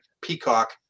Peacock